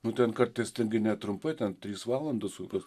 nu ten kartais ten gi netrumpai ten trys valandos kokios